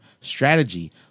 strategy